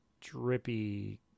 drippy